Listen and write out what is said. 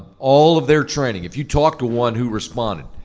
all of their training, if you talked to one who responded,